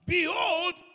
Behold